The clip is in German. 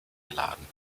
geladen